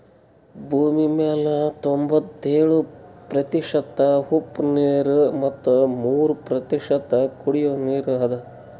ಭೂಮಿಮ್ಯಾಲ್ ತೊಂಬತ್ಯೋಳು ಪ್ರತಿಷತ್ ಉಪ್ಪ್ ನೀರ್ ಮತ್ ಮೂರ್ ಪ್ರತಿಷತ್ ಕುಡಿಯೋ ನೀರ್ ಅದಾ